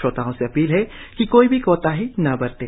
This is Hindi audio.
श्रोताओं से अपील है कि कोई भी कोताही न बरतें